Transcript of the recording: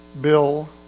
Bill